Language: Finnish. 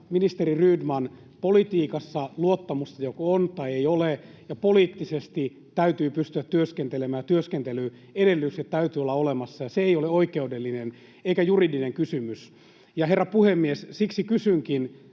ministeri Rydman, politiikassa luottamusta joko on tai ei ole ja poliittisesti täytyy pystyä työskentelemään, työskentelyedellytykset täytyy olla olemassa, ja se ei ole oikeudellinen eikä juridinen kysymys. Herra puhemies! Siksi kysynkin